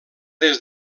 des